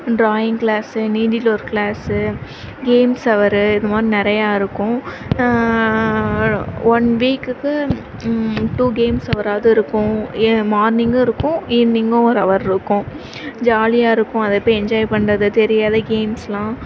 drawing class needle work class games அவரு இதுமாதிரி நிறையாருக்கும் ஒன் வீக்குக்கு டூ கேம்ஸ் ஹவராவுது இருக்கும் மார்னிங்கும் இருக்கும் ஈவினிங்கும் ஒரு ஹவருக்கும் ஜாலியாருக்கும் அது எப்படி என்ஜாய் பண்ணுறது தெரியாத கேம்ஸ்லாம்